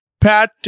Pat